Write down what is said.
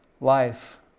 life